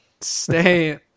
stay